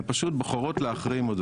הן פשוט בוחרות להחרים את זה,